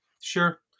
sure